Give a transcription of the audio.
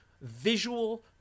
visual